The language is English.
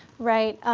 right.